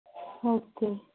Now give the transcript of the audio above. okay